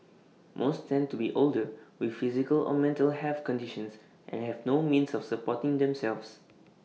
most tend to be older with physical or mental health conditions and have no means of supporting themselves